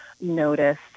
notice